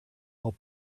while